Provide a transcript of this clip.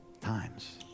times